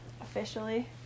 Officially